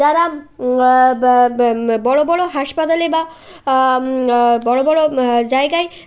যারা ব্যা ব্যা বড়ো বড়ো হাসপাতালে বা বড়ো বড়ো জায়গায়